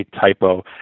typo